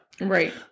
Right